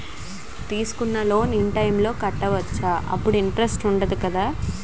తీసుకున్న loan in time లో కట్టవచ్చ? అప్పుడు ఇంటరెస్ట్ వుందదు కదా?